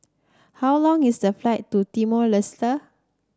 how long is the flight to Timor Leste